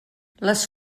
les